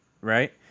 Right